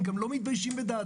הם גם לא מתביישים בדעתם.